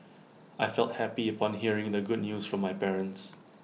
I felt happy upon hearing the good news from my parents